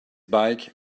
bike